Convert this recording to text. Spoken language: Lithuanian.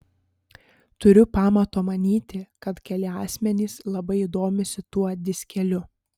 turiu pamato manyti kad keli asmenys labai domisi tuo diskeliu